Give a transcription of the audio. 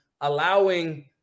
allowing